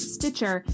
Stitcher